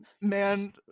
man